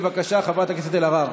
בבקשה, חברת הכנסת אלהרר.